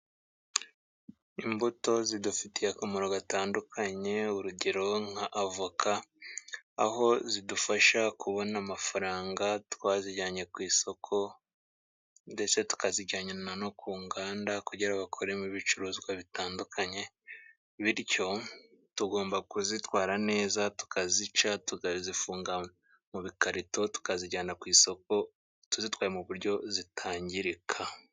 Imbuto zidufitiye akamaro gatandukanye. Urugero nka avoka aho zidufasha kubona amafaranga twazijyanye ku isoko, ndetse tukazijyana no ku nganda kugira bakoremo ibicuruzwa bitandukanye. Bityo tugomba kuzitwara neza tukazica, tukazifunga mu bikarito tukazijyana ku isoko tuzitwaye mu buryo zitangirika.